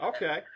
Okay